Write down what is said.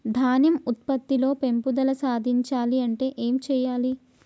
ధాన్యం ఉత్పత్తి లో పెంపుదల సాధించాలి అంటే ఏం చెయ్యాలి?